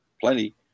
plenty